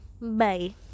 Bye